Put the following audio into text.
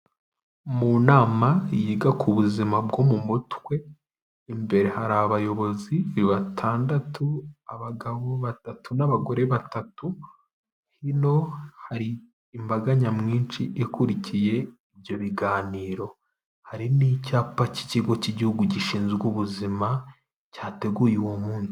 Mu nama yiga ku buzima bwo mu mutwe, imbere hari abayobozi batandatu, abagabo batatu n'abagore batatu, hino hari imbaga nyamwinshi ikurikiye ibyo biganiro, hari n'icyapa cy'ikigo cy'igihugu gishinzwe ubuzima, cyateguye uwo munsi.